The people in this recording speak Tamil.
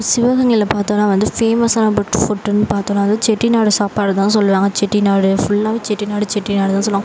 சிவகங்கையில் பார்த்தோன்னா வந்து ஃபேமஸான புட் ஃபுட்டுன்னு பார்த்தோன்னா வந்து செட்டிநாடு சாப்பாடு தான் சொல்லுவாங்க செட்டிநாடு ஃபுல்லாகவே செட்டிநாடு செட்டிநாடு தான் சொல்லுவாங்க